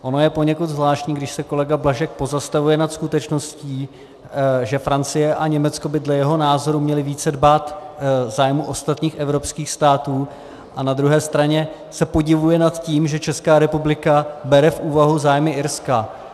Ono je poněkud zvláštní, když se kolega Blažek pozastavuje nad skutečností, že Francie a Německo by dle jeho názoru měly více dbát zájmů ostatních evropských států, a na druhé straně se podivuje nad tím, že Česká republika bere v úvahu zájmy Irska.